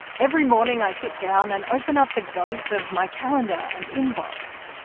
every morning i sit down and open up the ghost of my calendar and inbox.